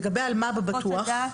לגבי אלמ"ב זה בטוח.